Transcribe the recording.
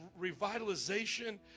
revitalization